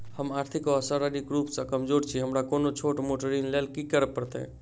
हम आर्थिक व शारीरिक रूप सँ कमजोर छी हमरा कोनों छोट मोट ऋण लैल की करै पड़तै?